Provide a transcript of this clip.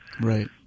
right